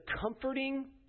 comforting